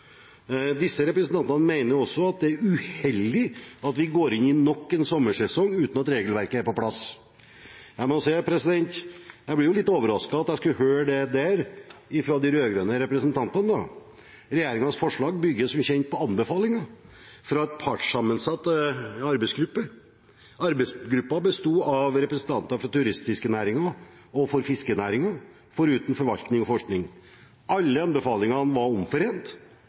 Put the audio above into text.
Disse representantene mener også at det er uheldig at vi går inn i nok en sommersesong uten at regelverket er på plass. Jeg må si jeg blir litt overasket over å høre det fra de rød-grønne representantene. Regjeringens forslag bygger som kjent på anbefalinger fra en partssammensatt arbeidsgruppe. Arbeidsgruppen bestod av representanter fra turistfiskenæringen og fiskenæringen foruten forvaltning og forskning. Alle anbefalingene var omforent.